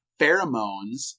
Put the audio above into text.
pheromones